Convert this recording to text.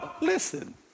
listen